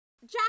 Jack